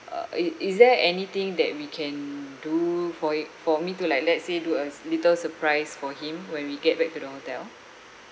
uh i~ is there anything that we can do for it for me to like let say do a s~ little surprise for him when we get back to the hotel